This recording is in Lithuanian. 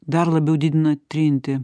dar labiau didina trintį